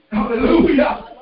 Hallelujah